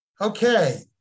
Okay